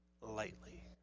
lightly